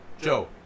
Joe